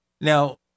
Now